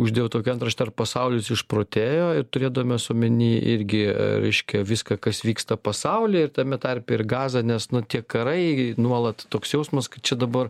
uždėjau tokią antraštę ar pasaulis išprotėjo ir turėdamas omeny irgi reiškia viską kas vyksta pasaulyje ir tame tarpe ir gazą nes nu tie karai nuolat toks jausmas kad čia dabar